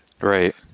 Right